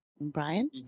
Brian